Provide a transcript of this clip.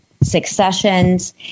successions